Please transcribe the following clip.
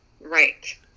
Right